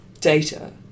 data